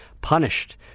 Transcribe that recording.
punished